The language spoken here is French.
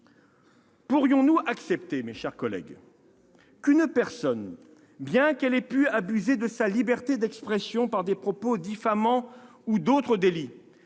Pourrions-nous accepter, mes chers collègues, qu'une personne, bien qu'elle ait pu abuser de sa liberté d'expression par des propos diffamants ou d'autres délits,